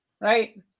right